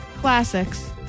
Classics